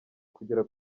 kugera